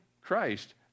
Christ